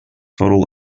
total